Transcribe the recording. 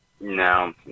No